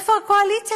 איפה הקואליציה,